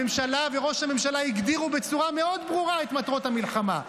הממשלה וראש הממשלה הגדירו בצורה מאוד ברורה את מטרות המלחמה.